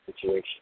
situation